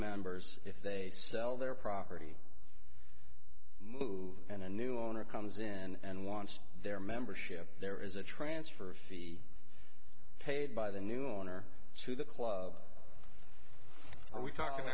members if they sell their property move and a new owner comes in and wants their membership there is a transfer fee paid by the new owner to the club are we talking